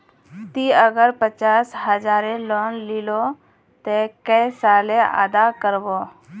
ती अगर पचास हजारेर लोन लिलो ते कै साले अदा कर बो?